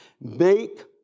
Make